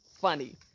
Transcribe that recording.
funny